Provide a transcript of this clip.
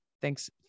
Thanks